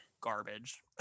garbage